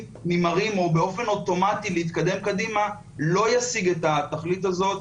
נמהרים או באופן אוטומטי להתקדם קדימה לא ישיג את התכלית הזאת,